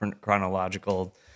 chronological